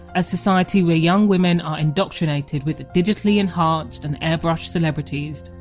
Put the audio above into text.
a society where young women are indoctrinated with digitally enhanced and airbrushed celebrities,